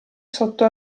sotto